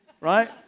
right